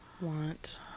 want